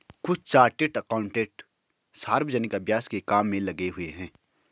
कुछ chartered accountant सार्वजनिक अभ्यास के काम में लगे हुए हैं